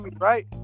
Right